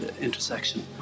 intersection